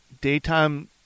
daytime